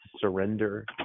surrender